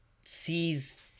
sees